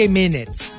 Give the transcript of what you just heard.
minutes